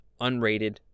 unrated